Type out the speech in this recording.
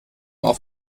auf